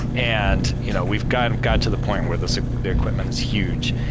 and you know we've got got to the point where the so the equipment is huge.